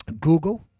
Google